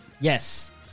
Yes